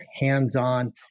hands-on